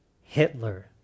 Hitler